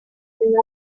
una